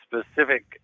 specific